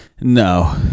No